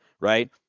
right